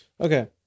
Okay